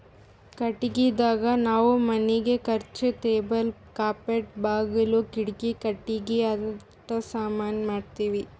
ಕಟ್ಟಿಗಿದಾಗ್ ನಾವ್ ಮನಿಗ್ ಖುರ್ಚಿ ಟೇಬಲ್ ಕಪಾಟ್ ಬಾಗುಲ್ ಕಿಡಿಕಿ ಕಟ್ಟಿಗಿ ಆಟ ಸಾಮಾನಿ ಮಾಡ್ತೀವಿ